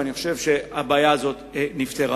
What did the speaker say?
ואני חושב שהבעיה הזאת נפתרה.